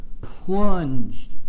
plunged